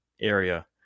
area